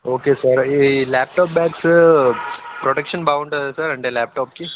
okay sir ఈ laptop bags protection బాగుంటుందా sir అంటే ల్యాప్టాప్కి